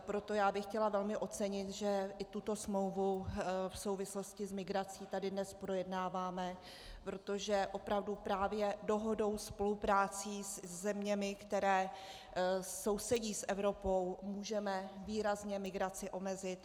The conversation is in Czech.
Proto bych chtěla velmi ocenit, že i tuto smlouvu v souvislosti s migrací tady dnes projednáváme, protože opravdu právě dohodou, spoluprací se zeměmi, které sousedí s Evropou, můžeme výrazně migraci omezit.